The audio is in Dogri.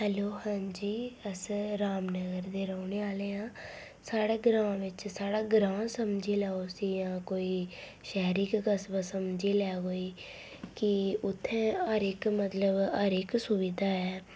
हैलो हां जी अस रामनगर दे रौह्ने आह्ले आं साह्ड़े ग्रांऽ बिच्च साह्ड़ा ग्रांऽ समझी लैएओ उसी जां कोई शैह्री कस्बा समझी लै कोई के उत्थें हर इक मतलब हर इक सुविधा ऐ